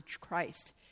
Christ